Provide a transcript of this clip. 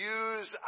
use